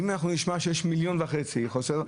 ואם אנחנו נשמע שיש חוסר של 1.5 מיליון,